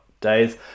days